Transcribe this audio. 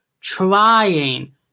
trying